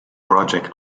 project